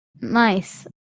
nice